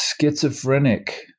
schizophrenic